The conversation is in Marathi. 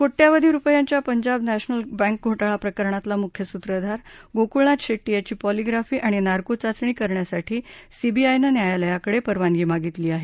कोट्यावधी रुपयांच्या पंजाब नॅशनल बँक घोटाळा प्रकरणातला मुख्य सूत्रधार गोकुळनाथ शेट्टी याची पॉलीप्राफी आणि नार्को चाचणी करण्यासाठी सीबीआयनं न्यायालयाकडे परवानगी मागितली आहे